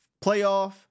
Playoff